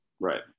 Right